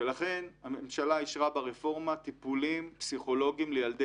ולכן הממשלה אישרה ברפורמה טיפולים פסיכולוגיים לילדי